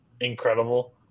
incredible